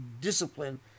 discipline